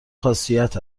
خاصیت